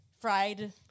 fried